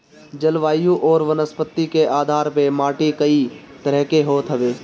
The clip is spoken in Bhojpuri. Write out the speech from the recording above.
जलवायु अउरी वनस्पति के आधार पअ माटी कई तरह के होत हवे